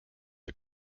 the